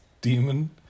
demon